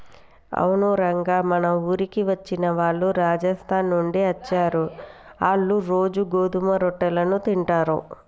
అవును రంగ మన ఊరికి వచ్చిన వాళ్ళు రాజస్థాన్ నుండి అచ్చారు, ఆళ్ళ్ళు రోజూ గోధుమ రొట్టెలను తింటారు